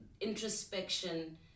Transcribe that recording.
introspection